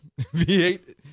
V8